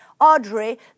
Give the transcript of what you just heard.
Audrey